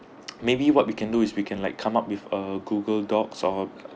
maybe what we can do is we can like come up with a google docs or